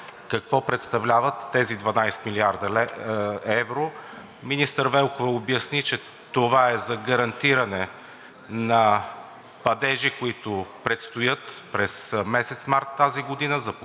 какво представляват тези 12 млрд. евро – министър Велкова обясни, че това е за гарантиране на падежи, които предстоят през месец март тази година за покриване